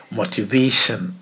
motivation